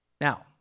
Now